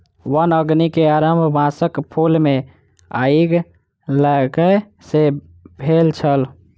वन अग्नि के आरम्भ बांसक फूल मे आइग लागय सॅ भेल छल